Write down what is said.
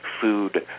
food